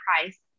price